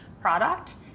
product